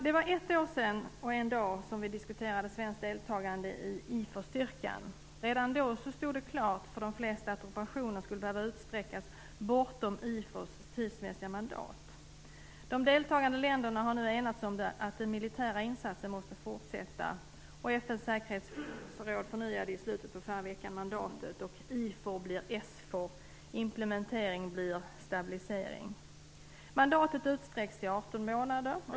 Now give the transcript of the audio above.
Det var ett år och en dag sedan vi diskuterade svenskt deltagande i IFOR-styrkan. Redan då stod det klart för de flesta att operationen skulle behöva utsträckas bortom IFOR:s tidsmässiga mandat. De deltagande länderna har nu enats om att den militära insatsen måste fortsätta. FN:s säkerhetsråd förnyade i slutet av förra veckan mandatet. IFOR blir SFOR, och implementering blir stabilisering. Mandatet utsträcks till 18 månader.